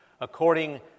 according